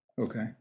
Okay